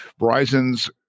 Verizon's